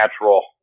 natural